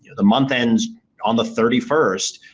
the month ends on the thirty first.